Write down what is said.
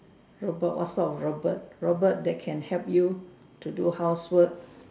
robot what sort of robot robot that can help you to do housework